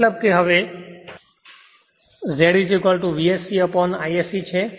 મતલબ કે હવે Z V s c Isc છે